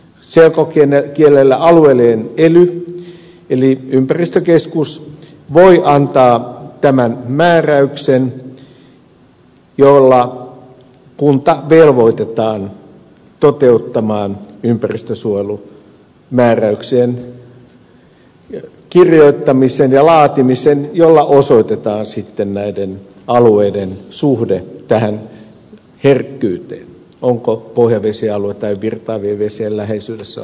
siis selkokielellä alueellinen ely eli ympäristökeskus voi antaa tämän määräyksen jolla kunta velvoitetaan toteuttamaan ympäristönsuojelumääräyksien kirjoittaminen ja laatiminen jolla osoitetaan sitten näiden alueiden suhde tähän herkkyyteen onko kyseessä pohjavesialue tai virtaavien vesien läheisyydessä oleva alue